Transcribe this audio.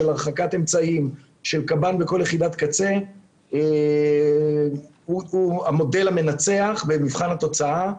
של הרחקת אמצעים ושל קב"ן בכל יחידת קצה הוא המודל המנצח במבחן התוצאה.